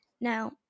Now